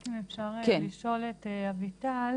רק אם אפשר לשאול את אביטל?